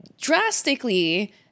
drastically